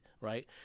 right